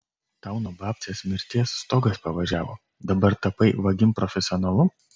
tau nuo babcės mirties stogas pavažiavo dabar tapai vagim profesionalu